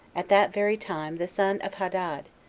at that very time the son of hadad,